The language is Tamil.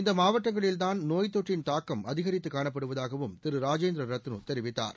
இந்த மாவட்டங்களில்தான் நோய் தொற்றின் தாக்கம் அதிகரித்து காணப்படுவதாகவும் திரு ராஜேந்திர ரத்து தெரிவித்தார்